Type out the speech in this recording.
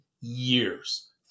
years